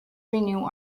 renew